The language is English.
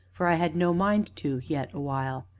for i had no mind to, yet a while.